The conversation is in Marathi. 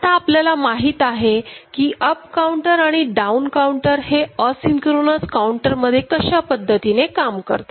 अता आपल्याला माहित आहे की अप काउंटर आणि डाऊन काऊंटर हे असिंक्रोनस काऊंटर मध्ये कशा पद्धतीने काम करतात